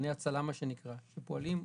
הצלה שפועלים בזהירות,